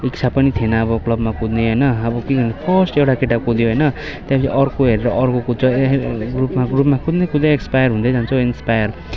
इच्छा पनि थिएन अब क्लबमा कुद्ने पनि होइन अब किनभने फर्स्ट एउटा केटा कुद्यो होइन त्यहाँदेखि अर्को हेरेर अर्को कुद्छ ए ग्रुप ग्रुपमा कुद्ने कुद्ने एक्सपायर हुँदै जान्छ इन्सपायर